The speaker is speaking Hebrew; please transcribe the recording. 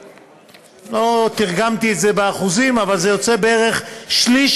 לא תרגמתי את זה באחוזים אבל זה יוצא בערך שליש,